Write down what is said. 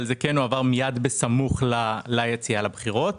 אבל זה כן הועבר מיד בסמוך ליציאה לבחירות.